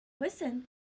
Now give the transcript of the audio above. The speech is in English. listen